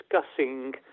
discussing